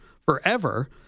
forever